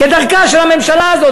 כדרכה של הממשלה הזאת,